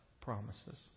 promises